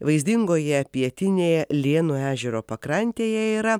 vaizdingoje pietinėje lėno ežero pakrantėje yra